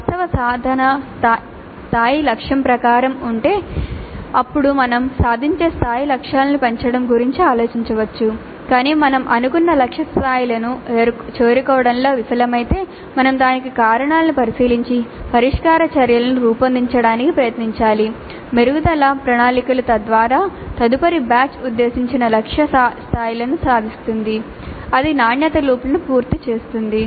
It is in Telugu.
వాస్తవ సాధన స్థాయి లక్ష్యం ప్రకారం ఉంటే అప్పుడు మేము సాధించే స్థాయి లక్ష్యాలను పెంచడం గురించి ఆలోచించవచ్చు కాని మీరు అనుకున్న లక్ష్య స్థాయిలను చేరుకోవడంలో విఫలమైతే మేము దానికి కారణాలను పరిశీలించి పరిష్కార చర్యలను రూపొందించడానికి ప్రయత్నించాలి మెరుగుదల ప్రణాళికలు తద్వారా తదుపరి బ్యాచ్ ఉద్దేశించిన లక్ష్య స్థాయిలను సాధిస్తుంది అది నాణ్యత లూప్ను పూర్తి చేస్తుంది